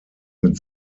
mit